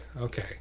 Okay